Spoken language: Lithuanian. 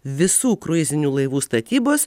visų kruizinių laivų statybos